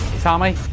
Tommy